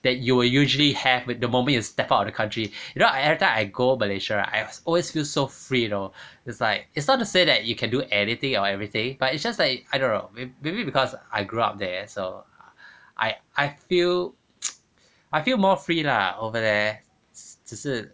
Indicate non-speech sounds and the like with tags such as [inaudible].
that you will usually have with the moment you step out of the country you know everytime I go malaysia I always feel so free you know it's like it's not to say that you can do anything or everything but it's just like I don't know maybe because I grew up there so I I feel [noise] I feel more free lah over there 只是